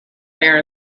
there